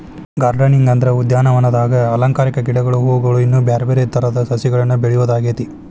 gardening ಅಂದ್ರ ಉದ್ಯಾನವನದಾಗ ಅಲಂಕಾರಿಕ ಗಿಡಗಳು, ಹೂವುಗಳು, ಇನ್ನು ಬ್ಯಾರ್ಬ್ಯಾರೇ ತರದ ಸಸಿಗಳನ್ನ ಬೆಳಿಯೋದಾಗೇತಿ